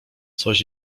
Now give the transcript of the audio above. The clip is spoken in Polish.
coś